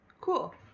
Cool